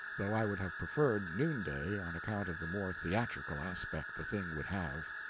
though i would have preferred noonday, on account of the more theatrical aspect the thing would have.